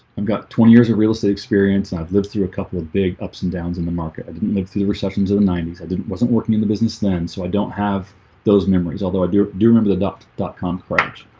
i've got twenty years of real estate experience. i've lived through a couple of big ups and downs in the market i didn't live through the recessions of the ninety s. i didn't wasn't working in the business then so i don't have those memories although i do do remember the dot-com dot-com crash.